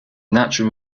natural